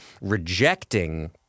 rejecting